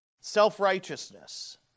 self-righteousness